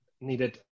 needed